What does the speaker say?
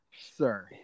sir